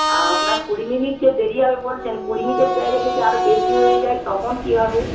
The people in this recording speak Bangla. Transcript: আর আপনার কুড়ি মিনিট যে দেরি হবে বলছেন কুড়ি মিনিটের জায়গায় যদি আর বেশি হয়ে যায় তখন কী হবে